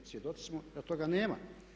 Svjedoci smo da toga nema.